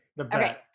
okay